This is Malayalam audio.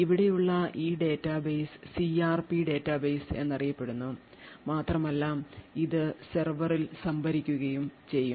ഇവിടെയുള്ള ഈ ഡാറ്റാബേസ് CRP ഡാറ്റാബേസ് എന്നറിയപ്പെടുന്നു മാത്രമല്ല ഇത് സെർവറിൽ സംഭരിക്കുകയും ചെയ്യും